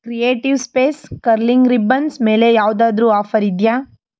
creative space curling ribbons ಮೇಲೆ ಯಾವುದಾದ್ರು offer ಇದೆಯಾ